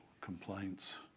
complaints